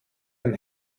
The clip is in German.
den